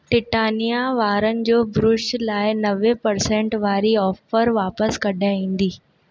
Titania वारनि जो brush लाइ नवे परसेंट वारी ऑफर वापिसि कॾहिं ईंदी